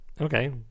Okay